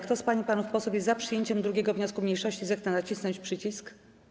Kto z pań i panów posłów jest za przyjęciem 2. wniosku mniejszości, zechce nacisnąć przycisk.